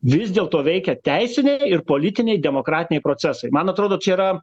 vis dėlto veikia teisiniai ir politiniai demokratiniai procesai man atrodo čia yra